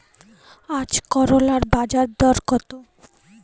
আজকে করলার বাজারদর কত?